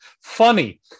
funny